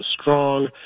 strong